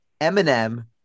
Eminem